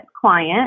client